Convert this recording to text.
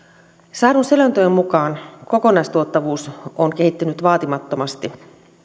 saadun selonteon mukaan kokonaistuottavuus on kehittynyt vaatimattomasti